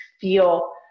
feel